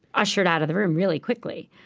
ushered out of the room really quickly.